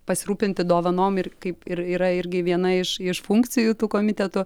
pasirūpinti dovanom ir kaip ir yra irgi viena iš iš funkcijų tų komitetų